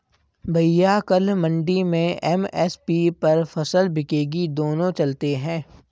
भैया कल मंडी में एम.एस.पी पर फसल बिकेगी दोनों चलते हैं